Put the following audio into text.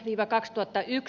diiva kaksituhatta yk